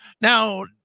Now